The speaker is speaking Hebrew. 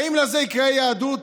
האם לזה ייקרא יהדות,